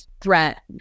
threat